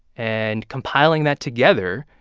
and compiling that together,